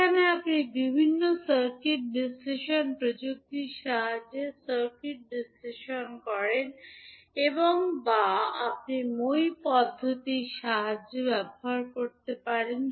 যেখানে আপনি বিভিন্ন সার্কিট বিশ্লেষণ প্রযুক্তির সাহায্যে সার্কিট বিশ্লেষণ করেন বা আপনি মই পদ্ধতি ব্যবহার করতে পারেন